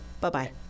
Bye-bye